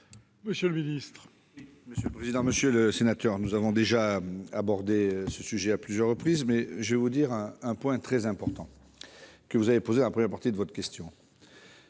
Monsieur le ministre,